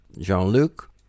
Jean-Luc